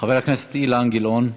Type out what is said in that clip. חבר הכנסת אילן גילאון.